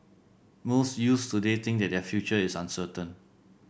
most youths today think that their future is uncertain